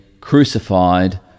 crucified